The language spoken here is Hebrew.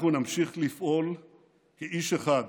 אנחנו נמשיך לפעול כאיש אחד